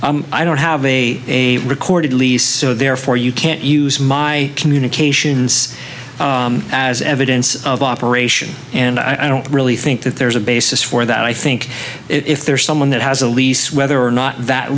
i don't have a a record at least so therefore you can't use my communications as evidence of operation and i don't really think that there's a basis for that i think if there is someone that has a lease whether or not that